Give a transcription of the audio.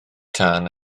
tân